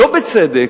לא בצדק,